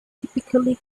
typically